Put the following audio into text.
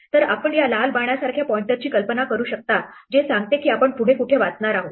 तर आपण या लाल बाणासारख्या पॉईंटरची कल्पना करू शकता जे सांगते की आपण पुढे कुठे वाचणार आहोत